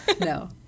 No